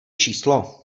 číslo